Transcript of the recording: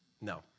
No